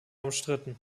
umstritten